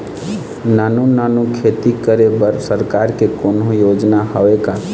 नानू नानू खेती करे बर सरकार के कोन्हो योजना हावे का?